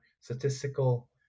statistical